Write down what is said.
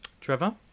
Trevor